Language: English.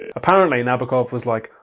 apparently nabokov was like,